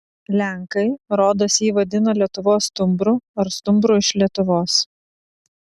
lenkai rodos jį vadina lietuvos stumbru ar stumbru iš lietuvos